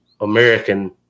American